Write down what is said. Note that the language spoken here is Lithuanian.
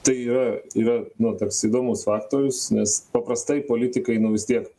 tai yra yra na toks įdomus faktorius nes paprastai politikai nu vis tiek